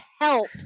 help